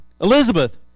Elizabeth